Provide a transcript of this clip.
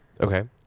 Okay